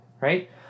right